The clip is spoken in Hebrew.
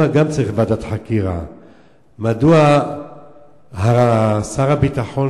גם שם צריך ועדת חקירה מדוע שר הביטחון